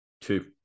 Two